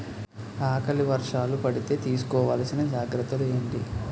ఆకలి వర్షాలు పడితే తీస్కో వలసిన జాగ్రత్తలు ఏంటి?